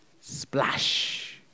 Splash